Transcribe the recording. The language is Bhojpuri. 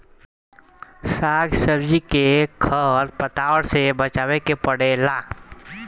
साग सब्जी के खर पतवार से बचावे के पड़ेला